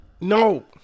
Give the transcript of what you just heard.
No